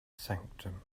sanctum